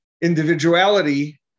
individuality